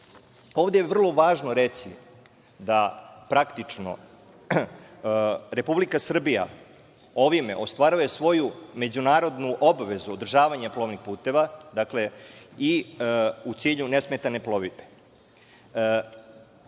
je vrlo važno reći da praktično Republika Srbija ovime ostvaruje svoju međunarodnu obavezu, održavanje plovnih puteva, dakle i u cilju nesmetane plovidbe. Isto